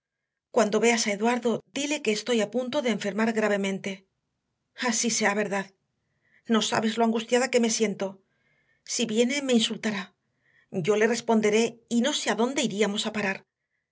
cuando veas a eduardo dile que estoy a punto de enfermar gravemente así sea verdad no sabes lo angustiada que me siento si viene me insultará yo le responderé y no sé adónde iríamos a parar